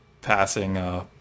passing